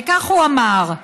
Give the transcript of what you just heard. וכך הוא אמר: